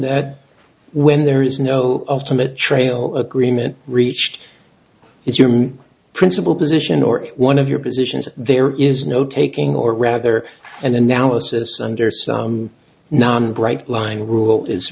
that when there is no ultimate trail agreement reached is your principal position or one of your positions there is no taking or rather an analysis under some non bright line rule is